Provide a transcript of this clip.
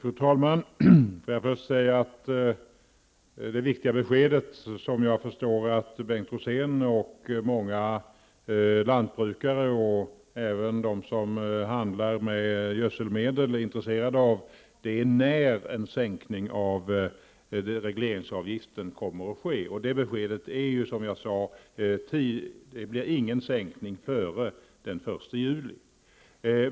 Fru talman! Först vill jag säga att det viktiga besked som, såvitt jag förstår, såväl Bengt Rosén som många lantbrukare och andra som handlar med gödselmedel är intresserade av gäller när en sänkning av regleringsavgiften kommer att ske. Det beskedet är, som jag tidigare sagt: Det blir ingen sänkning före den 1 juli.